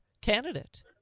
candidate